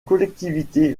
collectivités